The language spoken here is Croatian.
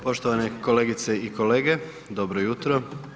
Poštovane kolegice i kolege, dobro jutro.